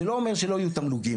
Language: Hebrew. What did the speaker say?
זה לא אומר שלא יהיו תמלוגים,